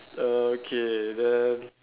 okay then